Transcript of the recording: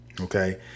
Okay